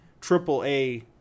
triple-A